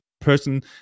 person